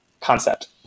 concept